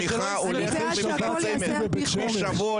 אני בעד שהכול ייעשה על פי חוק.